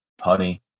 honey